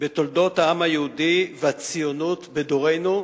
בתולדות העם היהודי והציונות בדורנו,